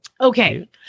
Okay